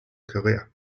career